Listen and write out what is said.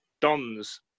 Dons